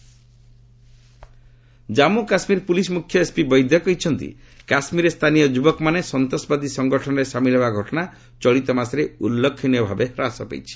JK DGP Jammu Kashmir police ମୁଖ୍ୟ S P Vaid କହିଛନ୍ତି କାଶ୍ମୀରରେ ସ୍ଥାନୀୟ ଯୁବକମାନେ ସନ୍ତାସବାଦୀ ସଂଗଠନରେ ସାମିଲ ହେବା ଘଟଣା ଚଳିତ ମାସରେ ଉଲ୍ଲେଖନୀୟ ଭାବେ ହ୍ରାସ ପାଇଛି